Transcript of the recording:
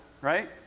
right